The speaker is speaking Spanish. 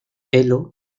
ello